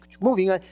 moving